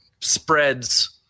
spreads